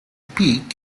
peak